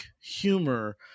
humor